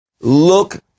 Look